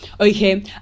okay